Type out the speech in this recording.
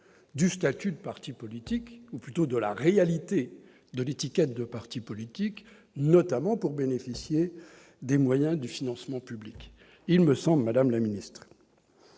du statut de parti politique, ou plutôt la réalité de l'étiquette de parti politique, afin de bénéficier des moyens du financement public. Madame la garde